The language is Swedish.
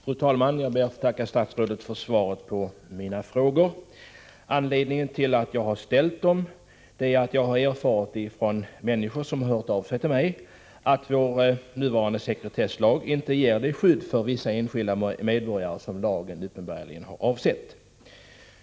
Fru talman! Jag ber att få tacka statsrådet för svaret på mina frågor. Anledningen till att jag har ställt dem är att jag har erfarit från människor som hört av sig till mig att vår nuvarande sekretesslag inte ger det skydd för vissa enskilda medborgare som lagen uppenbarligen har avsett.